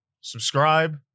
subscribe